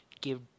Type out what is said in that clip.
give